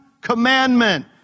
commandment